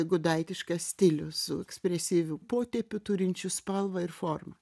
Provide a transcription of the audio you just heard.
gudaitiškas stilius su ekspresyviu potėpiu turinčiu spalvą ir formą